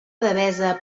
devesa